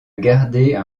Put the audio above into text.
garder